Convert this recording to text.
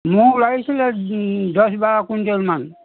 মোক লাগিছিলে দহ বাৰ কুইণ্টেলমান